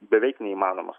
beveik neįmanomas